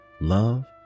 Love